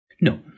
No